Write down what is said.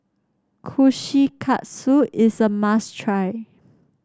kushikatsu is a must try